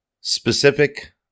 Specific